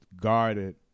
guarded